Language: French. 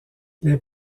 les